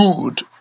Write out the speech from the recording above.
good